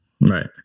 Right